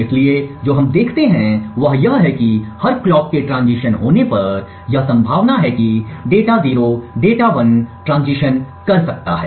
इसलिए जो हम देखते हैं वह यह है कि हर कलॉक के ट्रांजिशन होने पर यह संभावना है कि data 0 data 1 data 0 data 1 transition कर सकता है